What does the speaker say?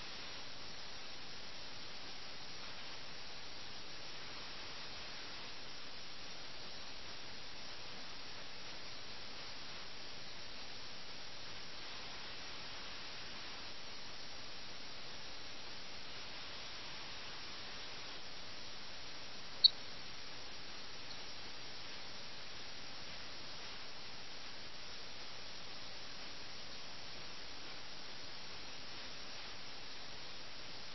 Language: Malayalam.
" ഈ രണ്ടു ഭീരുക്കളുടെയും പെരുമാറ്റത്തെ കുറിച്ച് ആഖ്യാതാവിന്റെ ഭാഗത്തുനിന്നും പരിഹാസവും രോഷവും നിറഞ്ഞ ഒരു ഭാഗമാണിത് ഇത് ധീരതയുടെ കാലമാണെന്ന് അദ്ദേഹം പറയുമ്പോൾ വളരെ വിരോധാഭാസമാണ് തങ്ങളുടെ രാജാവിന് വേണ്ടി യുദ്ധം ചെയ്യാത്ത ഈ രണ്ട് പ്രഭുക്കന്മാരുടെ പ്രവർത്തനങ്ങൾ ഇതാണ് അതാണ് ധീരതയുടെ ശരിയായ കോഡ്